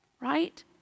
Right